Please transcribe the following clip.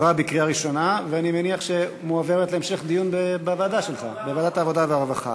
התשע"ד 2014, לוועדת העבודה, הרווחה